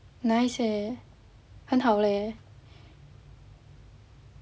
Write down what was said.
nice eh 很好 leh